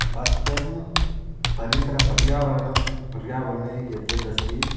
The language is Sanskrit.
मह्यं परिसरपर्यावरणं पर्यावरणे यद्यदस्ति